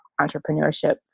entrepreneurship